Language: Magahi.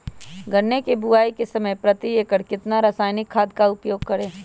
गन्ने की बुवाई के समय प्रति एकड़ कितना रासायनिक खाद का उपयोग करें?